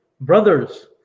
brother's